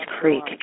Creek